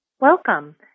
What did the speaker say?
Welcome